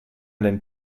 dein